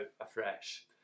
afresh